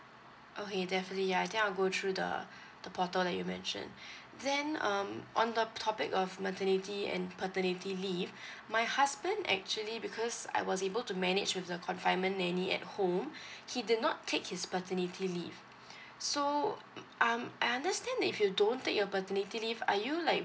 okay definitely ya I think I'll go through the the portal that you mentioned then um on the topic of maternity and paternity leave my husband actually because I was able to manage with the confinement nanny at home he did not take his paternity leave so um I understand if you don't take your paternity leave are you like